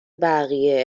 بقیه